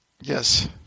Yes